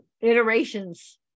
iterations